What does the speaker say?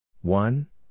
One